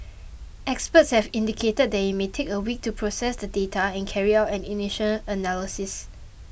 experts have indicated that it may take a week to process the data and carry out an initial analysis